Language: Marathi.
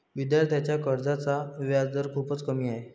विद्यार्थ्यांच्या कर्जाचा व्याजदर खूपच कमी आहे